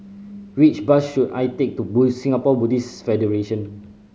which bus should I take to Buddhist Singapore Buddhist Federation